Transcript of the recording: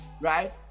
Right